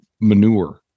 manure